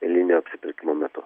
eilinio apsipirkimo metu